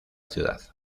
ciudad